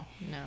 No